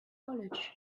college